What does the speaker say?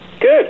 Good